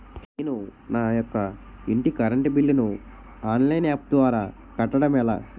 నేను నా యెక్క ఇంటి కరెంట్ బిల్ ను ఆన్లైన్ యాప్ ద్వారా కట్టడం ఎలా?